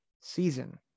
season